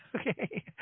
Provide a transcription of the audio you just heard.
Okay